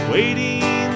Waiting